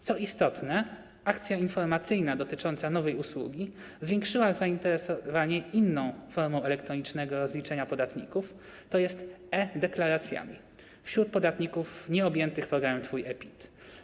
Co istotne, akcja informacyjna dotycząca nowej usługi zwiększyła zainteresowanie inną formą elektronicznego rozliczania podatników, tj. e-Deklaracjami, wśród podatników nieobjętych programem Twój e-PIT.